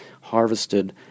harvested